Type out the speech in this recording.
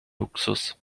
luxus